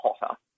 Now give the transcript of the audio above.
hotter